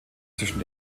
zwischen